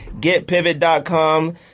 Getpivot.com